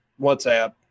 WhatsApp